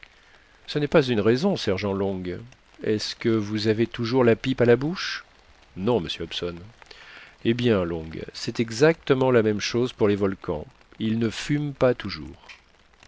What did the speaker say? ce n'est pas une raison sergent long est-ce que vous avez toujours la pipe à la bouche non monsieur hobson eh bien long c'est exactement la même chose pour les volcans ils ne fument pas toujours